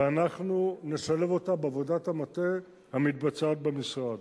ואנחנו נשלב אותה בעבודת המטה המתבצעת במשרד.